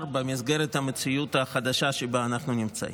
במסגרת המציאות החדשה שבה אנחנו נמצאים.